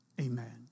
amen